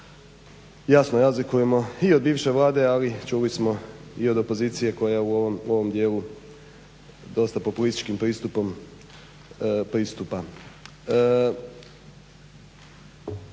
jasno razlikujemo i od bivše vlade, ali čuli smo i od opozicije koja u ovom dijelu dosta populističkim pristupom pristupa.